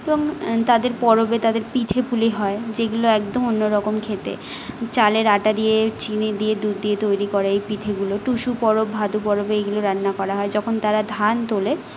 এবং তাদের পরবে তাদের পিঠেপুলি হয় যেইগুলো একদম অন্য রকম খেতে চালের আটা দিয়ে চিনি দিয়ে দুধ দিয়ে তৈরি করে এই পিঠেগুলো টুসু পরব ভাদু পরবে এইগুলো রান্না করা হয় যখন তারা ধান তোলে